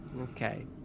Okay